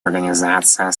организация